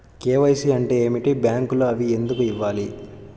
KYC అంటే ఏమిటి? బ్యాంకులో అవి ఎందుకు ఇవ్వాలి?